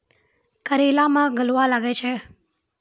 करेला मैं गलवा लागे छ?